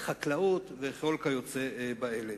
חקלאות וכל כיוצא באלה.